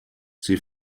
sie